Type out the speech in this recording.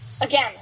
again